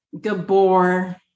Gabor